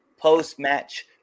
post-match